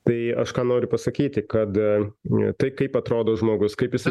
tai aš ką noriu pasakyti kada tai kaip atrodo žmogus kaip jisai